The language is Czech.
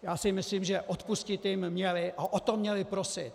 Já si myslím, že odpustit jim měli a o to měli prosit.